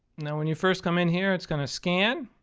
when you first come in here, it's gonna scan.